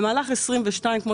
במהלך 2022, כמו